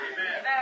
Amen